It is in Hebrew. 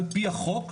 על פי החוק,